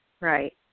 right